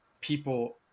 people